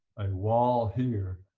and wall here.